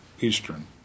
Eastern